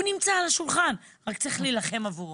הוא נמצא על השולחן, רק צריך להילחם עבורו.